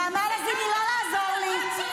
נעמה לזימי, לא לעזור לי.